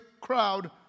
crowd